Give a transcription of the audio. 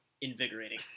invigorating